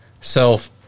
self